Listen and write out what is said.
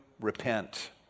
repent